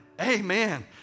Amen